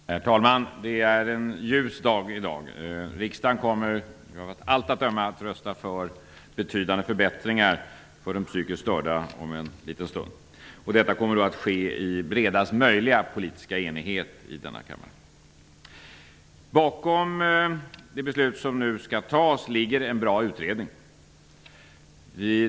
Herr talman! Det är en ljus dag i dag. Riksdagen kommer av allt att döma om en liten stund att rösta för betydande förbättringar för de psykiskt störda. Detta sker då i bredaste möjliga politiska enighet i denna kammare. Bakom det beslut som nu skall fattas ligger en bra utredning.